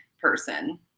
person